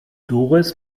doris